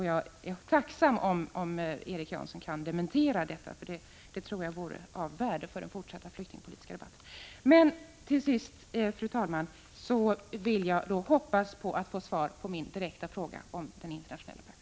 Jag är tacksam om Erik Janson kan dementera detta, därför att det vore av värde för den fortsatta flyktingpolitiska debatten. Till sist, fru talman, hoppas jag få svar på min direkta fråga om den internationella praxisen.